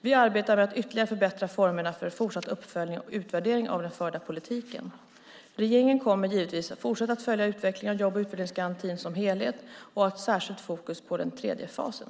Vi arbetar med att ytterligare förbättra formerna för en fortsatt uppföljning och utvärdering av den förda politiken. Regeringen kommer givetvis att fortsätta följa utvecklingen av jobb och utvecklingsgarantin som helhet och ha ett särskilt fokus på den tredje fasen.